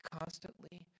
constantly